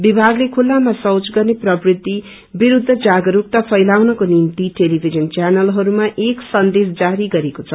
विभागले खुललामा शौच गर्ने प्रवृति विरूद्ध जागरूकता फैलाउनको निम्ति टेलीविजन चेनलहरूमा एक संदेश जारी गरेको छ